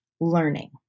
learning